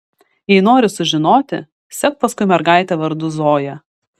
jei nori sužinoti sek paskui mergaitę vardu zoja